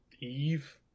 Eve